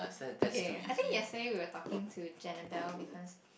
okay I think yesterday we were talking to Janabelle because